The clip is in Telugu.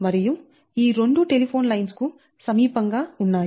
మరియు ఈ రెండు టెలిఫోన్ లైన్స్ కు సమీపంగా ఉన్నాయి